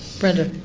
brenda?